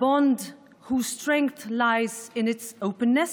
באתי לכאן כדי להביא מסר מאירופה,